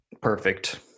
Perfect